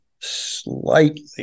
slightly